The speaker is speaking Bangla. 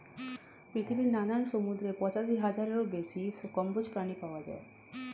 পৃথিবীর নানান সমুদ্রে পঁচাশি হাজারেরও বেশি কম্বোজ প্রাণী পাওয়া যায়